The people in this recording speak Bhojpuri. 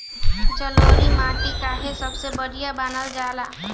जलोड़ माटी काहे सबसे बढ़िया मानल जाला?